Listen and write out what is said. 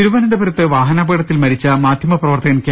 തിരുവനന്തപുരത്ത് വാഹനപകടത്തിൽ മരിച്ച മാധ്യമപ്രവർത്തകൻ കെ